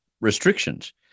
restrictions